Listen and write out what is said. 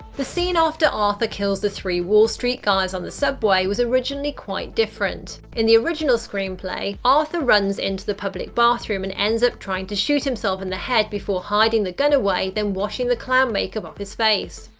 the scene after arthur kills the three wall street guys on the subway was originally quite different. in the original screenplay, arthur runs into the public bathroom and ends up trying to shoot himself in the head before hiding the gun away, then washing the clown make-up off his face.